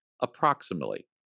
approximately